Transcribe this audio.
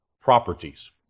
properties